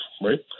right